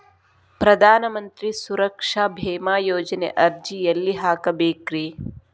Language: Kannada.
ಪ್ರಧಾನ ಮಂತ್ರಿ ಸುರಕ್ಷಾ ಭೇಮಾ ಯೋಜನೆ ಅರ್ಜಿ ಎಲ್ಲಿ ಹಾಕಬೇಕ್ರಿ?